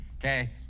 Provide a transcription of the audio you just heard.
Okay